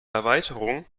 erweiterung